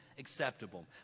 Acceptable